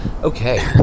Okay